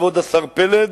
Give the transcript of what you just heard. כבוד השר פלד,